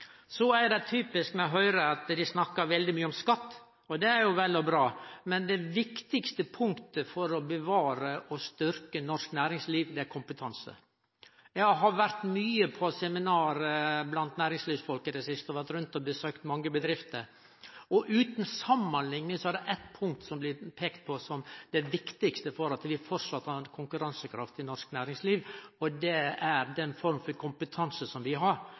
Så er det typisk for Høgre at dei snakkar veldig mykje om skatt. Det er vel og bra, men det viktigaste punktet for å bevare og styrkje norsk næringsliv er kompetanse. Eg har vore mykje på seminar blant næringslivsfolk i det siste, vore rundt og besøkt mange bedrifter, og utan samanlikning er det eitt punkt som blir peika på som det viktigaste for at vi framleis har ei konkurransekraft i norsk næringsliv, og det er den forma for kompetanse som vi har.